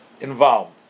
involved